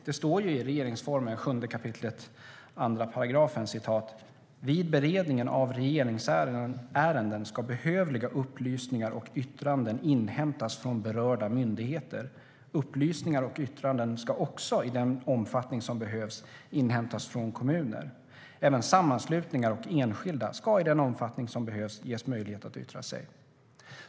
I regeringsformen 7 kap. 2 § står: "Vid beredningen av regeringsärenden ska behövliga upplysningar och yttranden inhämtas från berörda myndigheter. Upplysningar och yttranden ska också i den omfattning som behövs inhämtas från kommuner. Även sammanslutningar och enskilda ska i den omfattning som behövs ges möjlighet att yttra sig."